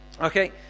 Okay